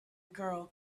girl